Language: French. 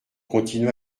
continua